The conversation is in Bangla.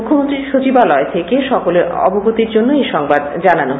মুখ্যমন্ত্রীর সচিবালয় থেকে সকলের অবগতির জন্য এই সংবাদ জানানো হয়েছে